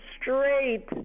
straight